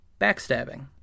Backstabbing